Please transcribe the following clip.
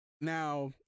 Now